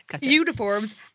uniforms